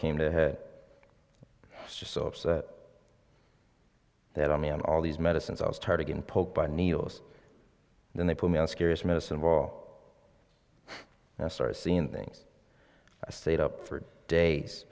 came to just so that i mean all these medicines i was tired of getting poked by needles then they put me on scariest medicine will now start seeing things i stayed up for days